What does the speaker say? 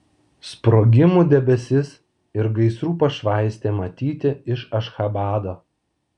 sprogimų debesis ir gaisrų pašvaistė matyti iš ašchabado